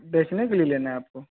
बेचने के लिए लेना है आपको